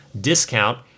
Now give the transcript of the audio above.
discount